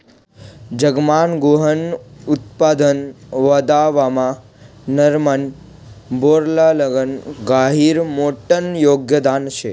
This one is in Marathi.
जगमान गहूनं उत्पादन वाढावामा नॉर्मन बोरलॉगनं गहिरं मोठं योगदान शे